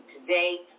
today